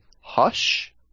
Hush